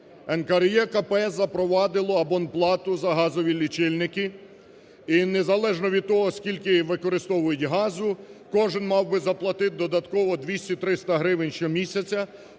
НКРЕКП запровадило абонплату за газові лічильники і не залежно від того, скільки використовують газу, кожен мав би заплатити додаткові 200-300 гривень щомісяця